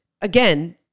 again